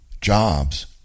jobs